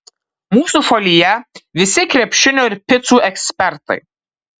mūsų šalyje visi krepšinio ir picų ekspertai